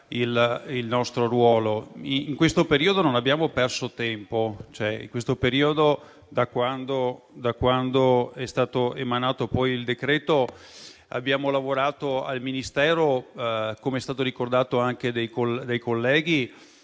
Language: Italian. il nostro ruolo. In questo periodo non abbiamo perso tempo. Da quando è stato emanato il decreto abbiamo lavorato al Ministero - come è stato ricordato anche dai colleghi